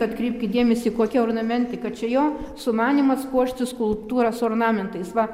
atkreipkit dėmesį kokia ornamentika čia jo sumanymas puošti skultūras ornamentais va